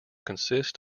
consist